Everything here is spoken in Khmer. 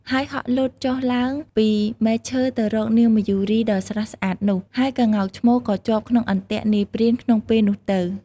ហើយហក់លោតចុះឡើងពីមែកឈើទៅរកនាងមយូរីដ៏ស្រស់ស្អាតនោះ ហើយក្ងោកឈ្មោលក៏ជាប់ក្នុងអន្ទាក់នាយព្រានក្នុងពេលនោះទៅ។